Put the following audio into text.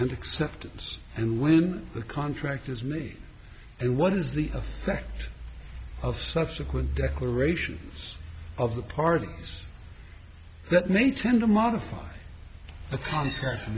and acceptance and when the contract is me and what is the effect of subsequent declarations of the parties that may tend to modify the